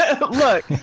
Look